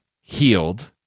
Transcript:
healed